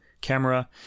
camera